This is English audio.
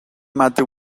matter